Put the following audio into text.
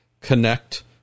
connect